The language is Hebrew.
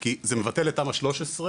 כי זה מבטל את תמ"א 13,